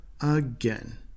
again